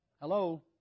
Hello